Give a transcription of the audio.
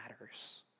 matters